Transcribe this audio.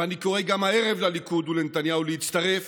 ואני קורא גם הערב לליכוד ולנתניהו להצטרף